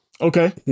Okay